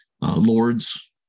lords